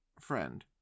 Friend